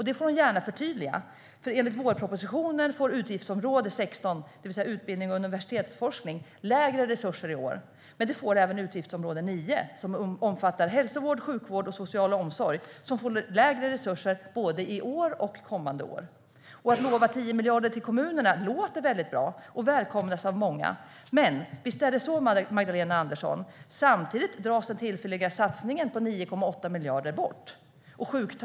Det får hon gärna förtydliga, för enligt vårpropositionen får utgiftsområde 16 Utbildning och universitetsforskning mindre resurser i år. Det gäller även utgiftsområde 9 Hälsovård, sjukvård och social omsorg, som får mindre resurser både i år och kommande år. Att lova 10 miljarder till kommunerna låter väldigt bra och välkomnas av många. Men, visst är det så, Magdalena Andersson, att den tillfälliga satsningen på 9,8 miljarder samtidigt dras bort.